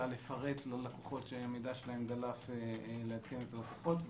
לפרט ללקוחות שהמידע שלהם דלף ולעדכן את הלקוחות,